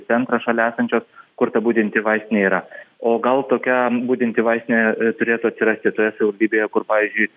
centrą šalia esančios kur ta budinti vaistinė yra o gal tokia budinti vaistinė turėtų atsirasti toje savivaldybėje kur pavyzdžiui